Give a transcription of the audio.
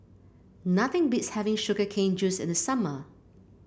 nothing beats having Sugar Cane Juice in the summer